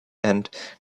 and